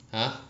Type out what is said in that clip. !huh!